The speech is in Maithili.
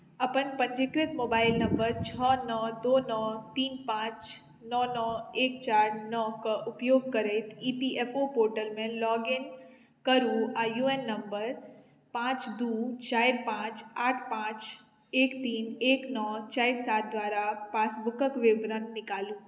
अपन पञ्जीकृत मोबाइल नम्बर छओ नओ दू नओ तीन पाँच नओ नओ एक चारि नओ कऽ उपयोग करैत ई पी एफ ओ पोर्टलमे लॉग इन करू आ यू ए एन नम्बर पाँच दू चारि पाँच आठ पाँच एक तीन एक नओ चारि सात द्वारा पासबुकक विवरण निकालू